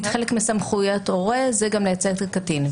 חלק מסמכויות הורה הוא גם לייצג את הקטין.